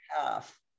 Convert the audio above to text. half